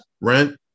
rent